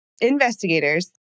Investigators